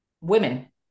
women